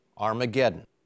Armageddon